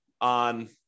on